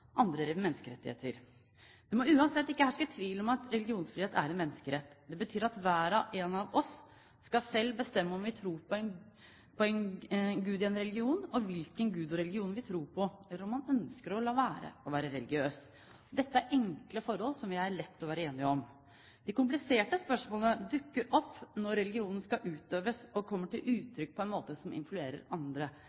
andre menneskerettigheter. Det må uansett ikke herske tvil om at religionsfrihet er en menneskerett. Det betyr at hver og en av oss selv skal bestemme om vi tror på en gud og en religion, og hvilken gud og religion vi tror på, eller om en ikke ønsker å være religiøs. Dette er enkle forhold som er lett å være enige om. De kompliserte spørsmålene dukker opp når religionen skal utøves og kommer til